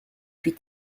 suite